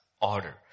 order